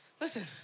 listen